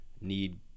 need